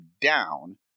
down